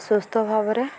ସୁସ୍ଥଭାବରେ